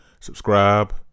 subscribe